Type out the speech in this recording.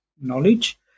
knowledge